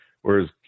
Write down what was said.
Whereas